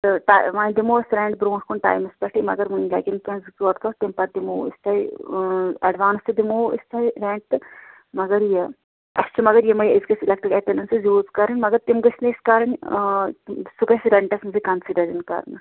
تہٕ ٹایم وۅنۍ دِمو أسۍ رینٛٹ برٛونٛٹھ کُن ٹایمَس پیٚٹھٕے مَگر وُنہِ لگن زٕ ژور دۅہ تَمہِ پَتہٕ دِمو أسۍ تۅہہِ ایٛڈوانٕس تہِ دِمو أسۍ تۅہہِ ریٚنٛٹ تہٕ مگر یہِ اَسہِ چھِ مَگر یِمے أسۍ گٔژھۍ سِلیٚکٹِڈ ایٚپلاینٛسِس یوٗز کَرٕنۍ مَگر تِم گٔژھۍ نہٕ أسۍ کَرٕنۍ سُہ گَژھِ رینٛٹس منٛزٕے کَنسِڈر یُن کَرنہٕ